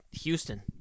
Houston